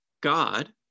God